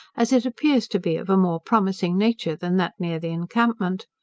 as it appears to be of a more promising nature than that near the encampment.